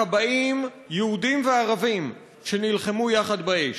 הכבאים, יהודים וערבים, שנלחמו יחד באש.